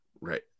right